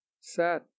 sad